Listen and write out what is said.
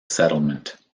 settlement